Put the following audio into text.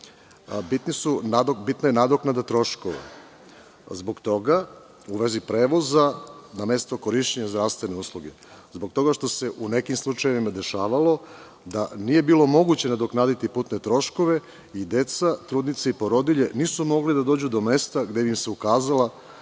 bitna i nadoknada troškova zbog toga, u vezi prevoza na mesto korišćenja zdravstvene usluge. To je zbog toga što se u nekim slučajevima dešavalo da nije bilo moguće nadoknaditi putne troškove i deca, trudnice i porodilje nisu mogle da dođu do mesta gde bi im se ukazala